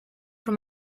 for